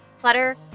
Clutter